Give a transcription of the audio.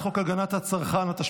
נעבור עתה להצעת חוק הגנת הצרכן (תיקון,